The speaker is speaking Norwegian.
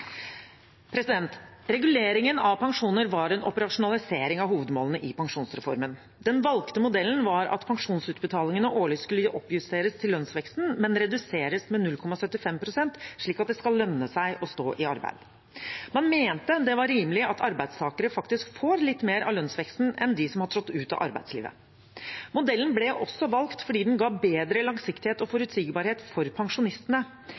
Reguleringen av pensjoner var en operasjonalisering av hovedmålene i pensjonsreformen. Den valgte modellen var at pensjonsutbetalingene årlig skulle oppjusteres til lønnsveksten, men reduseres med 0,75 pst., slik at det skal lønne seg å stå i arbeid. Man mente det var rimelig at arbeidstakere faktisk får litt mer av lønnsveksten enn de som har trådt ut av arbeidslivet. Modellen ble også valgt fordi den ga bedre langsiktighet og forutsigbarhet for pensjonistene.